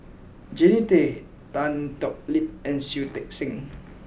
Jannie Tay Tan Thoon Lip and Shui Tit Sing